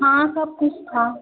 हाँ सब कुछ था